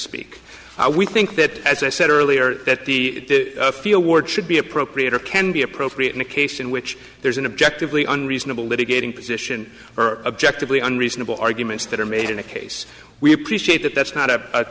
speak we think that as i said earlier that the feel word should be appropriate or can be appropriate in a case in which there's an objective leean reasonable litigating position or objectively unreasonable arguments that are made in a case we appreciate that that's not